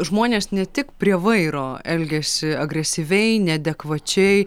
žmonės ne tik prie vairo elgiasi agresyviai neadekvačiai